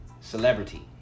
celebrity